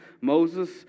Moses